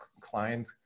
client